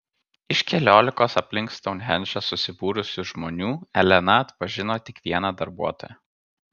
iš keliolikos aplink stounhendžą susibūrusių žmonių elena atpažino tik vieną darbuotoją